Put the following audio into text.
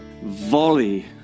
volley